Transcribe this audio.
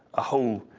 a whole,